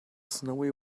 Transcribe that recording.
snowy